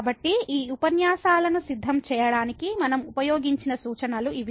కాబట్టి ఈ ఉపన్యాసాలను సిద్ధం చేయడానికి మనం ఉపయోగించిన సూచనలు ఇవి